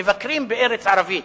מבקרים בארץ ערבית,